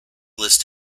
list